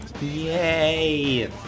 Yay